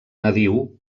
nadiu